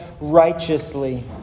Righteously